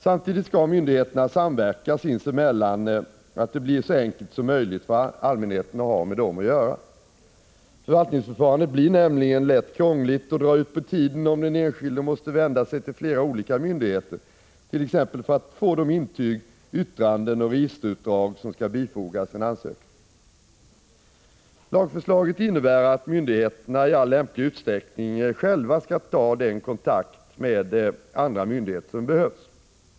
Samtidigt skall myndigheterna samverka sinsemellan, så att det blir så enkelt som möjligt för allmänheten att ha med dem att göra. Förvaltningsförfarandet blir nämligen lätt krångligt och drar ut på tiden om den enskilde måste vända sig till flera olika myndigheter t.ex. för att få de intyg, yttranden och registerutdrag som skall bifogas en ansökan. Lagförslaget innebär att myndigheterna i all lämplig utsträckning själva skall ta den kontakt med andra myndigheter som behövs.